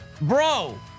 Bro